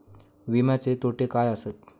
विमाचे तोटे काय आसत?